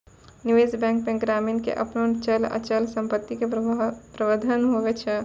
निबेश बेंक मे ग्रामीण के आपनो चल अचल समपत्ती के प्रबंधन हुवै छै